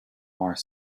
more